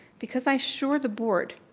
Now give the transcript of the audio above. because i assure the board,